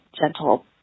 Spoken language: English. gentle